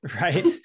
right